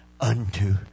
unto